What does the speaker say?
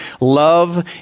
love